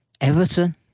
Everton